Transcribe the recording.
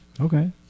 Okay